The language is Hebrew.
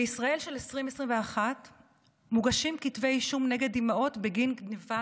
בישראל של 2021 מוגשים כתבי אישום נגד אימהות בגין גנבת